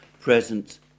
present